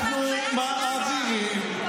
אנחנו מעבירים.